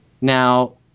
Now